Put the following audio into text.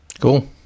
Cool